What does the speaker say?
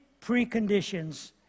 preconditions